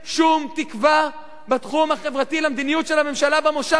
שום תקווה בתחום החברתי למדיניות של הממשלה במושב הזה.